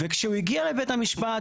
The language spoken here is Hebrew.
וכשהוא הגיע לבית המשפט,